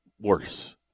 worse